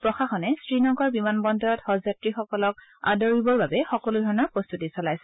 প্ৰশাসনে শ্ৰীনগৰ বিমান বন্দৰত হজযাত্ৰীসকলক আদৰিবৰ বাবে সকলোধৰণৰ প্ৰস্তুতি চলাইছে